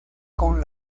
con